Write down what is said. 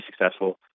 successful